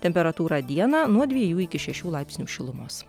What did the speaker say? temperatūra dieną nuo dviejų iki šešių laipsnių šilumos